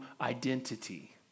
identity